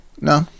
No